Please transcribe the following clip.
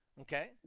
Okay